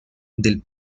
del